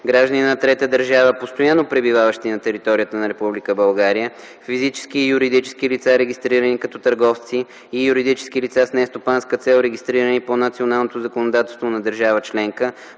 граждани на трета държава, постоянно пребиваващи на територията на Република България, физически и юридически лица, регистрирани като търговци и юридически лица с нестопанска цел, регистрирани по националното законодателство на държава членка